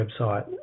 website